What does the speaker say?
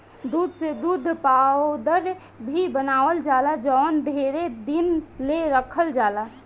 दूध से दूध पाउडर भी बनावल जाला जवन ढेरे दिन ले रखल जाला